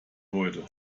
heute